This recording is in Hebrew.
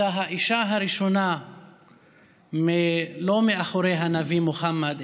הייתה האישה הראשונה לא מאחורי הנביא מוחמד,